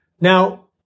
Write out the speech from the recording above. Now